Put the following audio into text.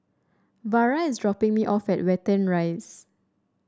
Vara is dropping me off at Watten Rise